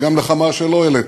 וגם לכמה שלא העליתם,